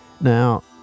Now